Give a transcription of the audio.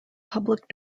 public